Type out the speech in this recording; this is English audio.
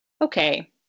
okay